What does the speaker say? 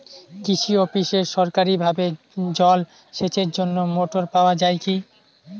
কৃষি অফিসে সরকারিভাবে জল সেচের জন্য মোটর পাওয়া যায় কি?